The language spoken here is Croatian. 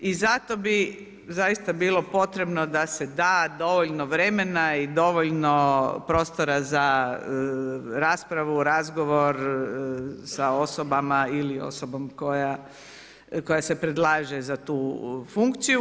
I zato bi zaista bilo potrebno da se da dovoljno vremna i dovoljno prostora za raspravu, razgovor, sa osobama ili osobom koja se predlaže za tu funkciju.